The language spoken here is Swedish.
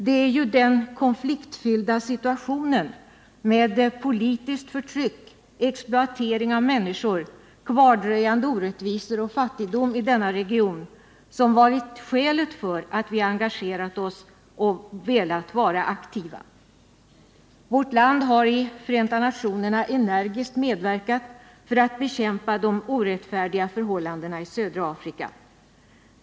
Det är ju den konfliktfyllda situationen med politiskt förtryck, exploatering av människor samt kvardröjande orättvisor och fattigdom i denna region som varit skälet till att vi engagerat oss och velat vara aktiva. Vårt land har i Förenta nationerna energiskt medverkat för att bekämpa de orättfärdiga förhållandena i södra Afrika.